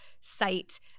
site